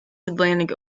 atlantic